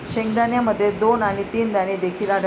शेंगदाण्यामध्ये दोन आणि तीन दाणे देखील आढळतात